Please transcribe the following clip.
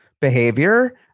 behavior